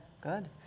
good